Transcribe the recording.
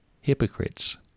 hypocrites